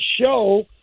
show